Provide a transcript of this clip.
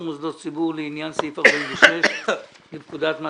מוסדות ציבור לעניין סעיף 46 לפקודת מס